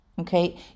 Okay